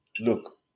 look